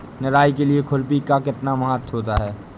निराई के लिए खुरपी का कितना महत्व होता है?